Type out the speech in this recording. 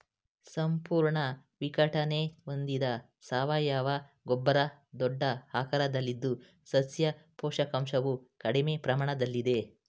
ಸಂಪೂರ್ಣ ವಿಘಟನೆ ಹೊಂದಿದ ಸಾವಯವ ಗೊಬ್ಬರ ದೊಡ್ಡ ಆಕಾರದಲ್ಲಿದ್ದು ಸಸ್ಯ ಪೋಷಕಾಂಶವು ಕಡಿಮೆ ಪ್ರಮಾಣದಲ್ಲಿದೆ